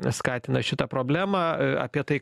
skatina šitą problemą apie tai